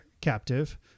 captive